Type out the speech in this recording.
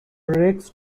lyrics